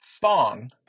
thong